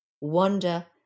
wonder